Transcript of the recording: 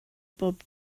bob